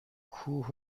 کوه